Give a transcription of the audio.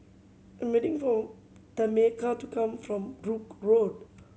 I am waiting for Tameka to come from Brooke Road